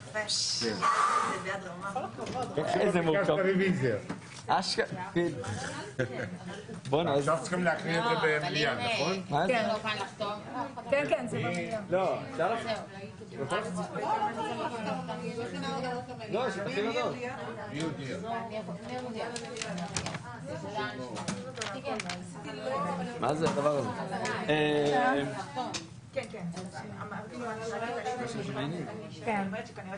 10:13.